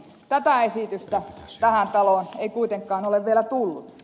tätä esitystä tähän taloon ei kuitenkaan ole vielä tullut